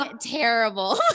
Terrible